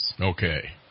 Okay